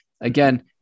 Again